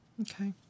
Okay